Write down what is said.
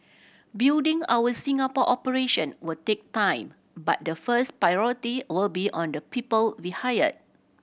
building our Singapore operation will take time but the first priority will be on the people we hire